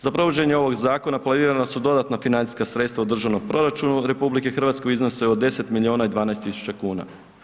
Za provođenje ovog zakona planirana su dodatna financijska sredstva u državnom proračunu RH, u iznosu od 10 milijuna i 12 tisuća kuna.